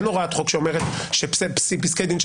אין הוראת חוק שאומרת שפסקי דין של